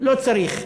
לא צריך.